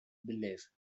belief